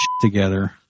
together